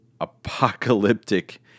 apocalyptic